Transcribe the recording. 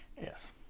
Yes